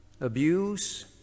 abuse